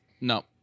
No